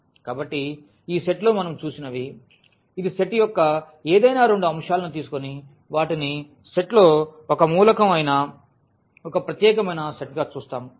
కాబట్టి ఈ సెట్లో మనం చూసినవి ఇది సెట్ యొక్క ఏదైనా రెండు అంశాలను తీసుకొని వాటిని సెట్లో ఒక మూలకం అయిన ఒక ప్రత్యేకమైన సెట్ గా చూస్తాము